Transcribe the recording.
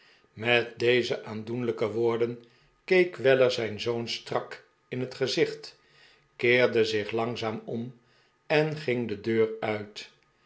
met deze aandoenlijke woorden keek weller zijn zoon strak in het gezicht keerde zich langzaam om en ging de deur uit